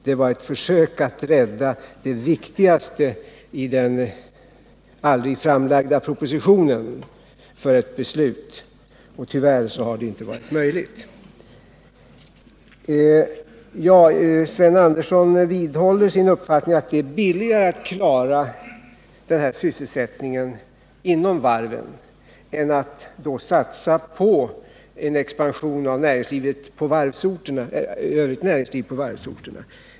Det var ett försök att rädda det viktigaste i den aldrig framlagda propositionen för ett beslut. Tyvärr har det inte varit möjligt. Sven Andersson i Örebro vidhåller sin uppfattning att det är billigare att klara sysselsättningen inom varven än att satsa på en expansion av övrigt näringsliv på varvsorterna.